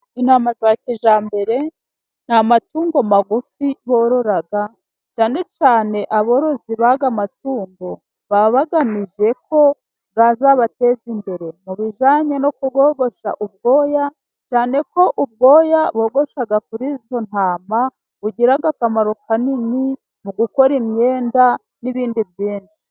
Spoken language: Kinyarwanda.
Intama za kijyambere ni amatungo magufi borora, cyane cyane aborozi b'aya matungo baba bagamije ko yazabateza imbere mu bijyanye no kuyogosha ubwoya, cyane ko ubwoya bogosha kuri izo ntama bugira akamaro kanini mu gukora imyenda n'ibindi byinshi.